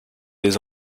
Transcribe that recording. les